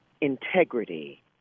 integrity